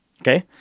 Okay